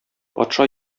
патша